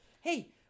Hey